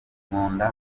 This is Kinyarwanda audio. nkunda